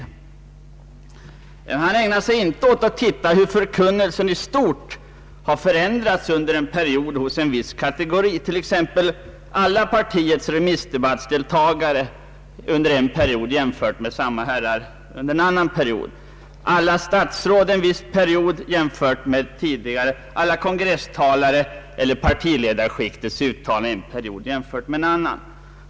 Men han ägnar sig inte åt att undersöka hur förkunnelsen i stort förändrats under en period hos en viss kategori, t.ex. partiets alla remissdebattsdeltagare under en period jämfört med samma herrar under en annan Period, alla statsråd under en viss period jämfört med tidigare, alla kongresstalares eller partiledarskiktets uttalanden under en period jämfört med en annan.